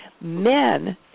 Men